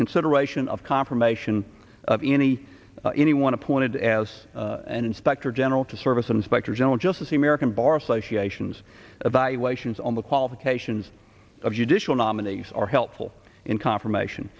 consideration of confirmation of any anyone appointed as an inspector general to service inspector general just as he american bar association's evaluations on the qualifications of judicial nominees are helpful in confirmation